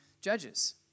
judges